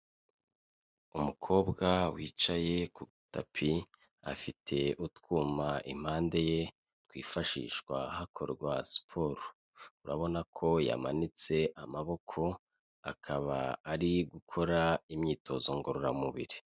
Umukobwa wicaye ku tapi afite utwuma impande ye twifashishwa hakorwa siporo, urabona ko yamanitse amaboko akaba ari gukora imyitozo ngororamubiri.